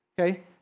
Okay